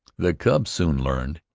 the cubs soon learned.